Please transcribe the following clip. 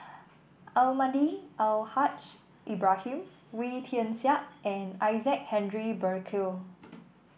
Almahdi Al Haj Ibrahim Wee Tian Siak and Isaac Henry Burkill